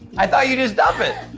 i thought you just dump it.